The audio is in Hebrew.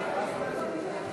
39)